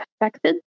affected